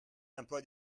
l’emploi